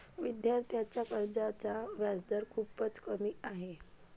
विद्यार्थ्यांच्या कर्जाचा व्याजदर खूपच कमी आहे